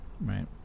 right